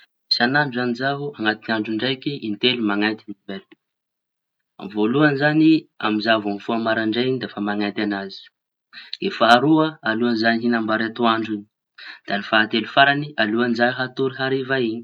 Isañandro izañy zaho anaty andro draiky, in-telo mañenty mailaky. Ny voalohañy zañy amy za vao mifoha maraindray iñy defa mañenty añazy. Ny faharoa alohan'izaho hihiña am-bary atoandro. Da ny fahatelo farañy alohañy za hatory hariva iñy.